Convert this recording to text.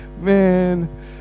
man